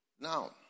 Now